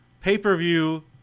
pay-per-view